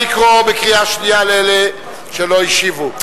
נא לקרוא בקריאה שנייה לאלה שלא השיבו.